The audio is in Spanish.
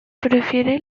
prefiere